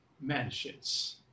mansions